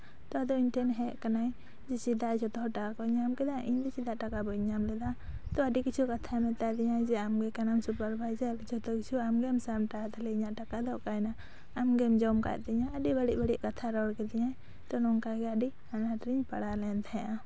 ᱟᱫᱚ ᱤᱧ ᱴᱷᱮᱱ ᱦᱮᱡ ᱠᱟᱱᱟᱭ ᱪᱮᱫᱟᱜ ᱡᱚᱛᱚ ᱦᱚᱲ ᱴᱟᱠᱟ ᱠᱚ ᱧᱟᱢ ᱠᱮᱫᱟ ᱤᱧᱫᱚ ᱪᱮᱫᱟᱜ ᱵᱟᱹᱧ ᱧᱟᱢ ᱞᱮᱫᱟ ᱛᱚ ᱟᱹᱰᱤ ᱠᱤᱪᱷᱩ ᱠᱟᱛᱷᱟᱭ ᱢᱮᱛᱟᱫᱤᱧᱟᱹ ᱡᱮ ᱟᱢᱜᱮ ᱠᱟᱱᱟᱢ ᱥᱩᱯᱟᱨ ᱵᱷᱟᱭᱡᱟᱨ ᱡᱷᱚᱛᱚ ᱠᱤᱪᱷᱩ ᱟᱢ ᱜᱮᱢ ᱥᱟᱢᱴᱟᱣᱟ ᱛᱟᱦᱚᱞᱮ ᱤᱧᱟᱹᱜ ᱴᱟᱠᱟ ᱫᱚ ᱚᱠᱟᱭᱱᱟ ᱟᱢᱜᱮᱢ ᱡᱚᱢ ᱟᱠᱟᱫ ᱛᱤᱧᱟᱹ ᱟᱹᱰᱤ ᱵᱟᱹᱲᱤᱡ ᱵᱟᱹᱲᱤᱡ ᱠᱟᱛᱷᱟᱭ ᱨᱚᱲ ᱠᱤᱫᱤᱧᱟ ᱟᱫᱚ ᱱᱚᱝᱠᱟ ᱜᱮ ᱟᱹᱰᱤ ᱟᱱᱟᱴ ᱨᱤᱧ ᱯᱟᱲᱟᱣ ᱞᱮᱱ ᱛᱟᱦᱮᱸᱜᱼᱟ